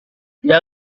dia